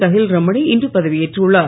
தஹில்ரமணி இன்று பதவியேற்றுள்ளார்